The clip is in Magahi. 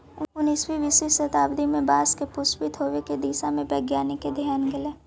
उन्नीसवीं बीसवीं शताब्दी में बाँस के पुष्पित होवे के दिशा में वैज्ञानिक के ध्यान गेलई